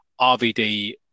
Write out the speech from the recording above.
RVD